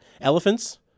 elephants